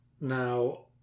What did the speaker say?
Now